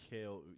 Kale